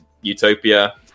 utopia